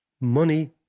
money